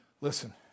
listen